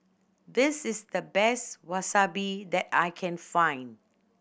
this is the best Wasabi that I can find